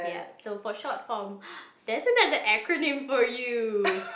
so for short form there is another acronym for you